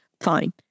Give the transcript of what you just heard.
fine